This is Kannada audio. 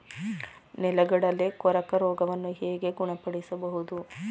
ನೆಲಗಡಲೆ ಕೊರಕ ರೋಗವನ್ನು ಹೇಗೆ ಗುಣಪಡಿಸಬಹುದು?